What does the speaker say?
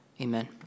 Amen